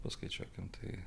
paskaičiuokim tai